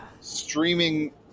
streaming